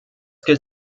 gilt